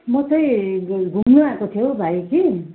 म चाहिँ घुम्नु आएको थिएँ हो भाइ कि